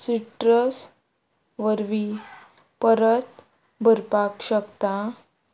citrus वरवीं परत भरपाक शकता